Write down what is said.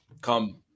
come